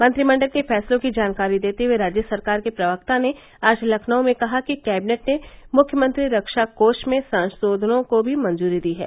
मंत्रिमंडल के फैसलों की जानकारी देते हुए राज्य सरकार के प्रवक्ता ने आज लखनऊ में कहा कि कैबिनेट ने मुख्यमंत्री रक्षा कोष में संशोधनों को भी मंजूरी दे दी है